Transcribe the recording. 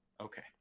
Okay